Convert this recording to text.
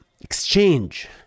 exchange